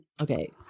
okay